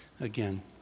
again